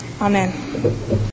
Amen